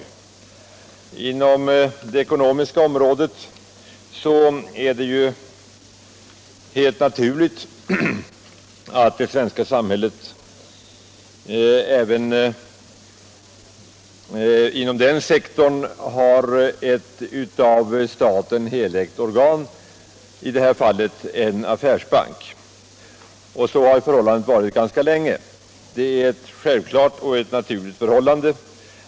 Även inom det ekonomiska området är det helt naturligt att det finns ett av staten helägt organ, i det här fallet en affärsbank, och så har förhållandet varit ganska länge. Det är ett självklart och naturligt förhållande.